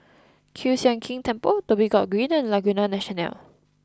Kiew Sian King Temple Dhoby Ghaut Green and Laguna National